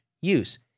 use